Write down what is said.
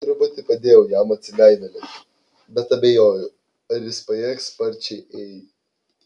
truputį padėjau jam atsigaivelėti bet abejoju ar jis pajėgs sparčiai ei